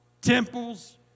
temples